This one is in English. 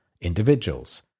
individuals